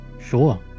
Sure